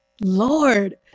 Lord